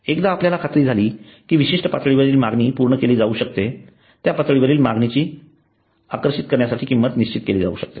एकदा आपल्याला खात्री झाली कि विशिष्ट पातळीवरील मागणी पूर्ण केली जाऊ शकते त्या पातळीवरील मागणीची आकर्षित करण्यासाठी किंमत निश्चित केली जाऊ शकते